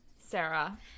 Sarah